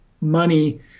money